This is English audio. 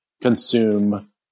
consume